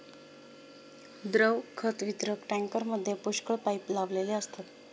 द्रव खत वितरक टँकरमध्ये पुष्कळ पाइप लावलेले असतात